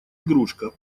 игрушка